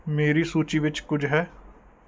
ਮੇਰੀ ਸੂਚੀ ਵਿੱਚ ਕੁਝ ਹੈ